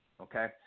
okay